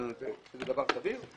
שזה דבר סביר,